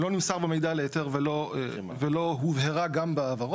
וגם דוחפים אליה, אם אני מבין נכון.